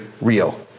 real